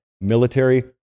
Military